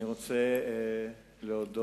אני רוצה להודות